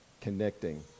connecting